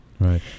Right